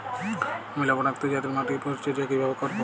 আমি লবণাক্ত জাতীয় মাটির পরিচর্যা কিভাবে করব?